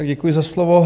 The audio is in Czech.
Děkuji za slovo.